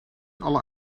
alle